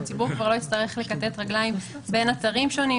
הציבור כבר לא יצטרך לכתת רגליים בין אתרים שונים,